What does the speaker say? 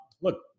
look